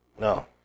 no